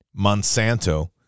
Monsanto